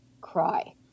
cry